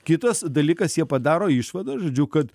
kitas dalykas jie padaro išvadas žodžiu kad